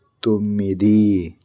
తొమ్మిది